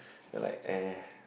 then like eh